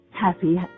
Happy